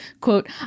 quote